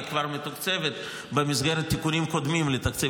היא כבר מתוקצבת במסגרת תיקונים קודמים לתקציב